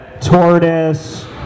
Tortoise